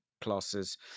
classes